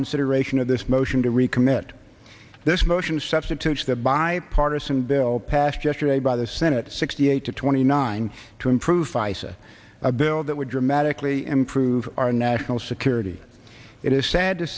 consideration of this motion to recommit this motion substitutes the bipartisan bill passed yesterday by the senate sixty eight to twenty nine to him proof i said a bill that would dramatically improve our national security it is sad to